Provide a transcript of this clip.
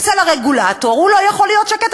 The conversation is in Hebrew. אצל הרגולטור, הוא לא יכול להיות שקט.